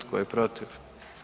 Tko je protiv?